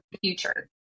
future